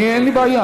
אין לי בעיה.